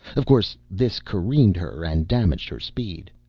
of course this careened her and damaged her speed.